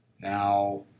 Now